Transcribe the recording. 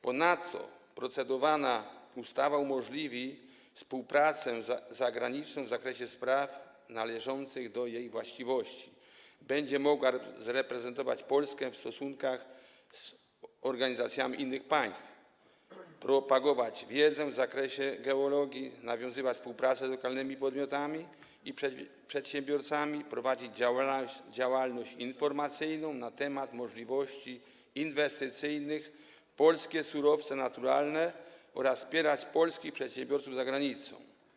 Ponadto procedowana ustawa umożliwi współpracę zagraniczną w zakresie spraw należących do jej właściwości, będzie mogła reprezentować Polskę w stosunkach z organizacjami innych państw, propagować wiedzę z zakresu geologii, nawiązywać współpracę z lokalnymi podmiotami i przedsiębiorcami, prowadzić działalność informacyjną na temat możliwości inwestycyjnych w polskie surowce naturalne oraz wspierać polskich przedsiębiorców za granicą.